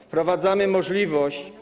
Wprowadzamy możliwość.